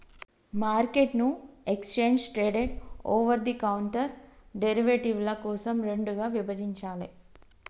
మార్కెట్ను exchange traded, over the counter డెరివేటివ్ల కోసం రెండుగా విభజించాలే